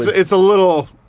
it's a little.